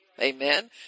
Amen